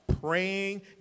praying